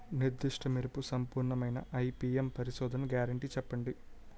నిర్దిష్ట మెరుపు సంపూర్ణమైన ఐ.పీ.ఎం పరిశోధన గ్యారంటీ చెప్పండి?